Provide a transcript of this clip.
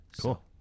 Cool